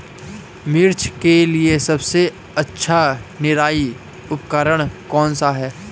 मिर्च के लिए सबसे अच्छा निराई उपकरण कौनसा है?